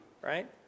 right